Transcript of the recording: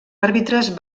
àrbitres